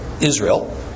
Israel